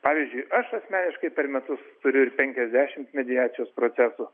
pavyzdžiui aš asmeniškai per metus turiu ir penkiasdešimt mediacijos procesų